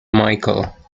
michael